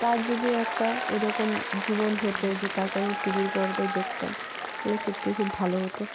তার যদি একটা এরকম জীবন হতো যে তাকে আমি টিভির পর্দায় দেখতাম তাহলে সত্যিই খুব ভালো হতো